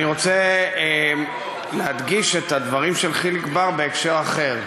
אני רוצה להדגיש את הדברים של חיליק בר בהקשר אחר.